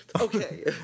Okay